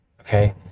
Okay